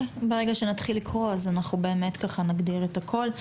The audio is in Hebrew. ברגע שנתחיל לקרוא אז אנחנו נגדיר את הכול.